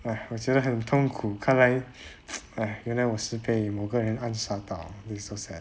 !hais! 我觉得很痛苦看来 !hais! 原来我是被莫个人暗杀到